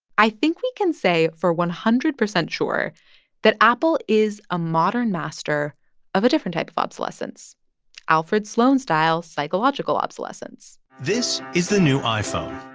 i think we can say for one hundred percent sure that apple is a modern master of a different type of obsolescence alfred sloan-style psychological obsolescence this is the new iphone.